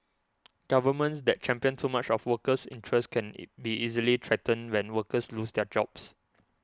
governments that champion too much of workers' interests can be easily threatened when workers lose their jobs